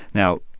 now,